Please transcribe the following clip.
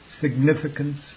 significance